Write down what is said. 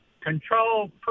control